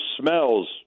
smells